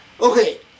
Okay